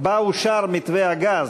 שבה אושר מתווה הגז.